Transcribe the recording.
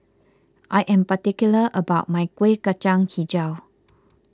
I am particular about my Kuih Kacang HiJau